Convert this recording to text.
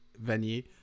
venue